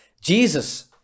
Jesus